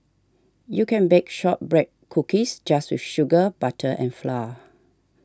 you can bake Shortbread Cookies just with sugar butter and flour